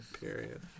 Period